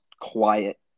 quiet